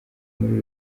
muri